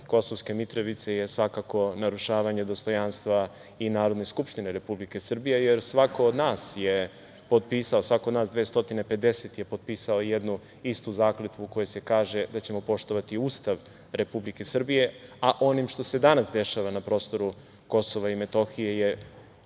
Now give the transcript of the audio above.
Kosovske Mitrovice je svakako narušavanje dostojanstva i Narodne skupštine Republike Srbije, jer svako od nas je potpisao, svako od nas 250 je potpisao jednu istu zakletvu u kojoj se kaže da ćemo poštovati Ustav Republike Srbije, a onim što se danas dešava na prostoru Kosova i Metohije je